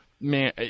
man